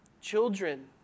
children